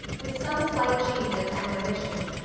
with some slight changes and omissions,